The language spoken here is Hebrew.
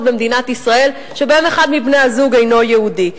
במדינת ישראל שבהן אחד מבני-הזוג אינו יהודי.